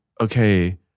okay